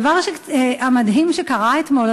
הדבר המדהים שקרה אתמול,